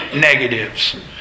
negatives